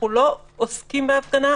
אנחנו לא עוסקים בהפגנה,